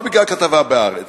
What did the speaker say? לא בגלל כתבה ב"הארץ".